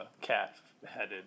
cat-headed